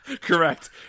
Correct